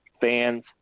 fans